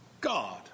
God